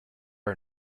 are